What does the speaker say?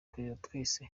twese